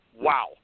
wow